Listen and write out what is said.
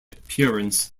appearance